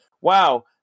wow